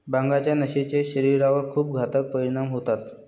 भांगाच्या नशेचे शरीरावर खूप घातक परिणाम होतात